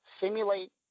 simulate